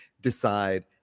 decide